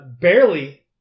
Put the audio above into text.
barely